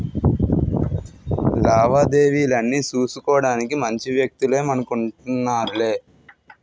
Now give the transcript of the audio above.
లావాదేవీలన్నీ సూసుకోడానికి మంచి వ్యక్తులే మనకు ఉంటన్నారులే